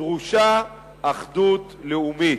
דרושה אחדות לאומית,